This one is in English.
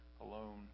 alone